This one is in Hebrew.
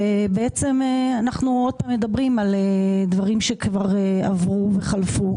ובעצם אנחנו עוד פעם מדברים על דברים שכבר עברו וחלפו.